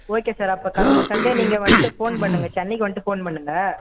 okay sir அப்போ coming Sunday நீங்கள் வந்துட்டு ஃபோன் பண்ணுங்கள் சென்னைக்கு வந்துட்டு ஃபோன் பண்ணுங்கள்